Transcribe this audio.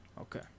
Okay